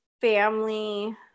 family